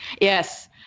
yes